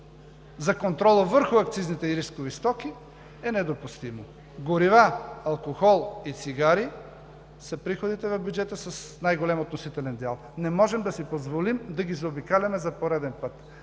за контрола върху акцизните и рискови стоки, е недопустимо. Горива, алкохол и цигари са с приходи в бюджета с най-голям относителен дял. Не можем да си позволим да ги заобикаляме за пореден път.